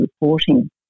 reporting